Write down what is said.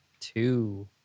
two